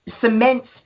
cements